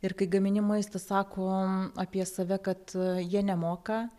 ir kai gamini maistą sakom apie save kad jie nemoka